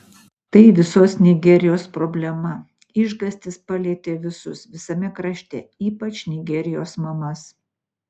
tai visos nigerijos problema išgąstis palietė visus visame krašte ypač nigerijos mamas